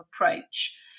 approach